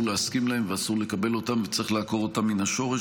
להסכים להם ואסור לקבל אותם וצריך לעקור אותם מן השורש,